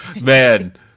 Man